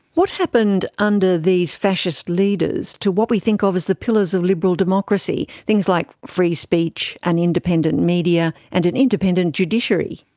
what happened under these fascist leaders to what we think of as the pillars of liberal democracy, things like free speech and independent media and an independent judiciary?